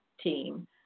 team